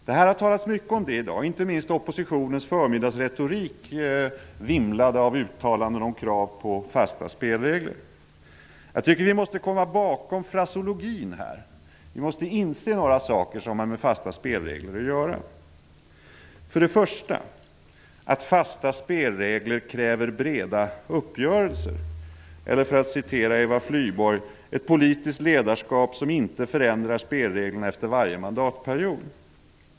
Det har talats mycket om detta i dag. Inte minst oppositionens förmiddagsretorik vimlade av uttalanden om krav på fasta spelregler. Jag tycker att vi måste komma bakom fraseologin här. Vi måste inse några saker som har med fasta spelregler att göra. För det första kräver fasta spelregler breda uppgörelser eller, för att citera Eva Flyborg, ett politiskt ledarskap som inte förändrar spelreglerna efter varje mandatperiod.